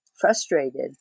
frustrated